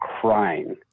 crying